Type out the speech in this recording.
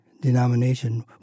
denomination